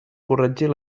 corregir